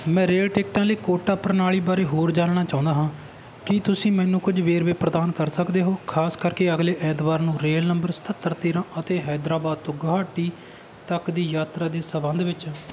ਮੈਂ ਰੇਲ ਟਿਕਟਾਂ ਲਈ ਕੋਟਾ ਪ੍ਰਣਾਲੀ ਬਾਰੇ ਹੋਰ ਜਾਣਨਾ ਚਾਹੁੰਦਾ ਹਾਂ ਕੀ ਤੁਸੀਂ ਮੈਨੂੰ ਕੁਝ ਵੇਰਵੇ ਪ੍ਰਦਾਨ ਕਰ ਸਕਦੇ ਹੋ ਖਾਸ ਕਰਕੇ ਅਗਲੇ ਐਤਵਾਰ ਨੂੰ ਰੇਲ ਨੰਬਰ ਸਤੱਤਰ ਤੇਰ੍ਹਾਂ ਅਤੇ ਹੈਦਰਾਬਾਦ ਤੋਂ ਗੁਹਾਟੀ ਤੱਕ ਦੀ ਯਾਤਰਾ ਦੇ ਸੰਬੰਧ ਵਿੱਚ